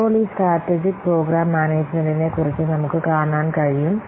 ഇപ്പോൾ ഈ strategic programme മാനേജുമെന്റിനെക്കുറിച്ച് നമുക്ക് കാണാൻ കഴിയും